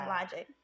logic